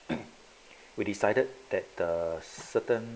we decided that the certain